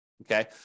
Okay